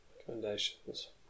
recommendations